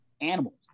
animals